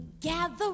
Gather